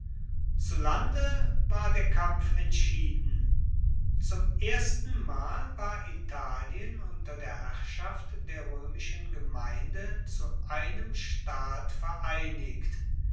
zu lande war der kampf entschieden zum erstenmal war italien unter der herrschaft der roemischen gemeinde zu einem staat vereinigt